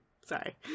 Sorry